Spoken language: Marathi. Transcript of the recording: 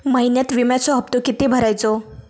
महिन्यात विम्याचो हप्तो किती भरायचो?